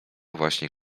właśnie